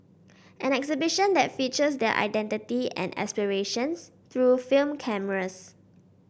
an exhibition that features their identity and aspirations through film cameras